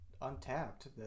Untapped